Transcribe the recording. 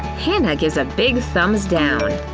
hannah gives a big thumbs-down.